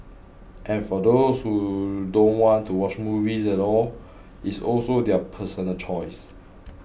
and for those who don't want to watch movies at all it's also their personal choice